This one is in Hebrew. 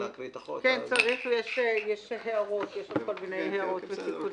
צריך לקרוא את החוק.